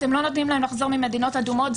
אתם לא נותנים להם לחזור ממדינות אדומות.